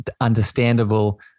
understandable